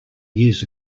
years